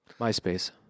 MySpace